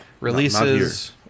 releases